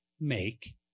make